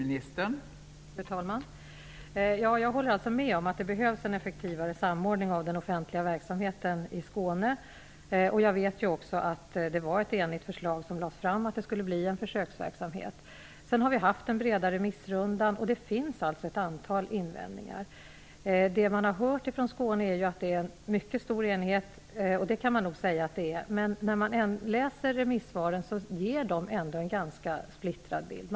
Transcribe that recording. Fru talman! Jag håller med om att det behövs en effektivare samordning av den offentliga verksamheten i Skåne. Jag vet också att det lades fram förslag om startande av en försöksverksamhet. Vi har sedan dess genomfört en bredare remissrunda, och det har i den kommit fram ett antal invändningar. Jag kan nog instämma i att det är en mycket stor enighet i Skåne, men remissvaren ger ändå en ganska splittrad bild.